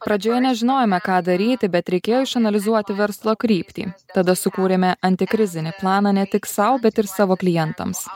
pradžioje nežinojome ką daryti bet reikėjo išanalizuoti verslo kryptį tada sukūrėme antikrizinį planą ne tik sau bet ir savo klientams